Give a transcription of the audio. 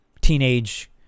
teenage